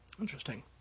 interesting